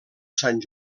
sant